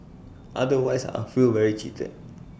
otherwise I feel very cheated